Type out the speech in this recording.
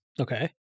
Okay